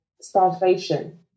starvation